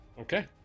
Okay